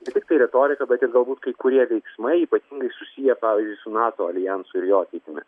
ne tiktai retorika bet ir galbūt kai kurie veiksmai ypatingai susiję pavyzdžiui su nato aljansu ir jo ateitimi